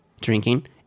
drinking